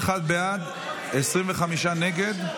31 בעד, 25 נגד.